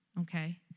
okay